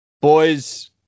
boys